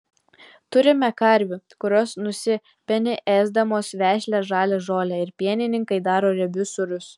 turime karvių kurios nusipeni ėsdamos vešlią žalią žolę ir pienininkai daro riebius sūrius